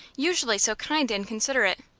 usually so kind and considerate?